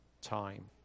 time